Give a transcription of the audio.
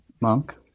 monk